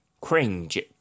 Cringe